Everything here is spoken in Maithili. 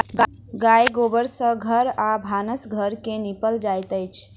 गाय गोबर सँ घर आ भानस घर के निपल जाइत अछि